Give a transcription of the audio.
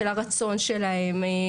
של הרצון שלהם,